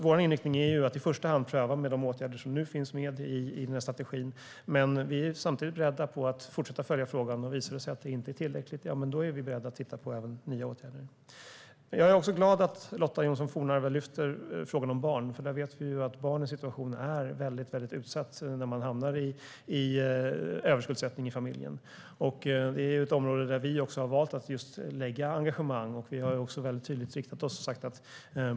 Vår inriktning är att i första hand prova de åtgärder som nu finns med i strategin. Men vi är samtidigt beredda att fortsätta följa frågan. Om det visar sig att det inte är tillräckligt är vi beredda att titta även på nya åtgärder. Jag är glad över att Lotta Johnsson Fornarve lyfter fram barnen. Barnens situation är väldigt utsatt när familjen hamnar i överskuldsättning. Det är ett område där vi har valt att lägga engagemang. Vi har tydligt riktat in oss på det.